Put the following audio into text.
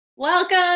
Welcome